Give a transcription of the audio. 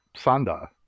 Sanda